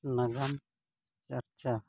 ᱱᱟᱜᱟᱢ ᱪᱟᱨᱪᱟ